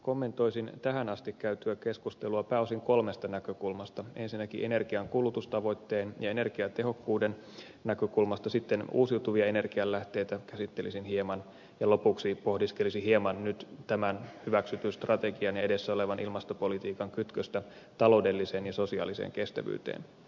kommentoisin tähän asti käytyä keskustelua pääosin kolmesta näkökulmasta ensinnäkin energian kulutustavoitteen ja energiatehokkuuden näkökulmasta sitten uusiutuvia energialähteitä käsittelisin hieman ja lopuksi pohdiskelisin hieman nyt tämän hyväksytyn strategian ja edessä olevan ilmastopolitiikan kytköstä taloudelliseen ja sosiaaliseen kestävyyteen